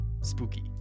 Spooky